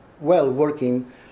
well-working